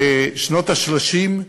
בשנות ה-30,